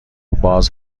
باز